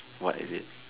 what is it